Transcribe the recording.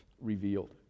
revealed